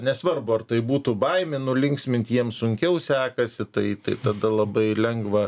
nesvarbu ar tai būtų baimė nu linksmint jiem sunkiau sekasi tai tai tada labai lengva